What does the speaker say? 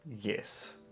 Yes